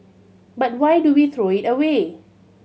but why do we throw it away